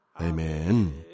Amen